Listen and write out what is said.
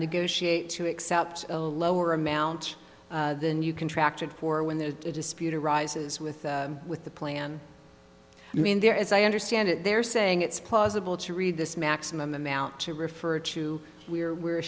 negotiate to accept a lower amount than you contract it for when there's a dispute arises with with the plan i mean there as i understand it they're saying it's plausible to read this maximum amount to refer to we are we're